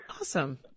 Awesome